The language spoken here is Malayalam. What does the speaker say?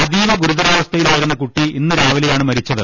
അതീവ ഗുരുതരാവസ്ഥയിലായിരുന്ന കൂട്ടി ഇന്ന് രാവിലെ യാണ് മരിച്ചത്